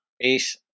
Peace